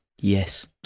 Yes